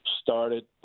started